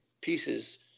pieces